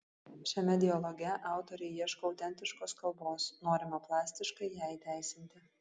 šiame dialoge autoriai ieško autentiškos kalbos norima plastiškai ją įteisinti